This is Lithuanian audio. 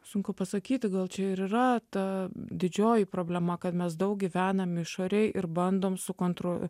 sunku pasakyti gal čia ir yra ta didžioji problema kad mes daug gyvenam išorėj ir bandom su kontro